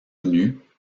nues